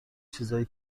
چیزای